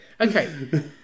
Okay